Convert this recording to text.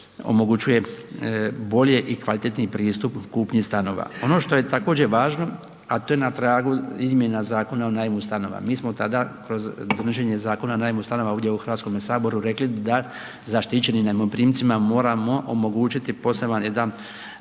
omogućuje bolje i kvalitetniji pristup kupnji stanova. Ono što je također važno a to je na tragu Izmjena zakona o najmu stanova. Mi smo tada kroz donošenje Zakona o najmu stanova ovdje u Hrvatskome saboru rekli da zaštićenim najmoprimcima moramo omogućiti poseban jedan,